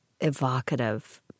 evocative